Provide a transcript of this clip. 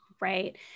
Right